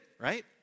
right